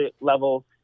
level